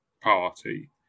party